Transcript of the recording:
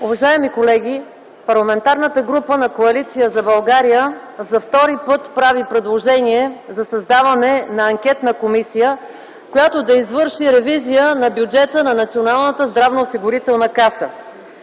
Уважаеми колеги! Парламентарната група на Коалиция за България за втори път прави предложение за създаване на анкетна комисия, която да извърши ревизия на бюджета на Националната здравноосигурителна каса,